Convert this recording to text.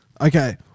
Okay